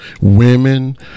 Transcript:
women